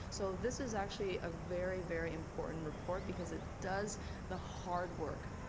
so this is actually a very, very important report because it does the hard work.